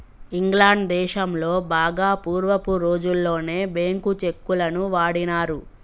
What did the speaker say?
England దేశంలో బాగా పూర్వపు రోజుల్లోనే బ్యేంకు చెక్కులను వాడినారు